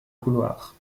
couloir